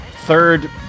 third